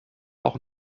auch